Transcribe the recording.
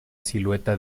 silueta